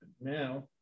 now